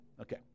Okay